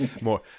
more